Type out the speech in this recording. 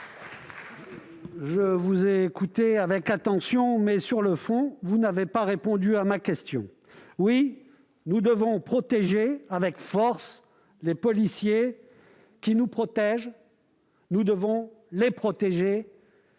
je vous ai écouté avec attention. Sur le fond, vous n'avez pas répondu à ma question. Oui, nous devons protéger avec force les policiers qui nous protègent : nous le pensons,